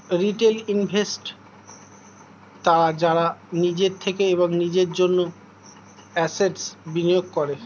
retail investors তারা যারা নিজের থেকে এবং নিজের জন্য অ্যাসেট্স্ বিনিয়োগ করে